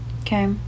Okay